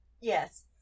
Yes